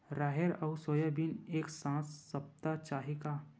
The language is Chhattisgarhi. राहेर अउ सोयाबीन एक साथ सप्ता चाही का?